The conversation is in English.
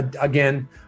again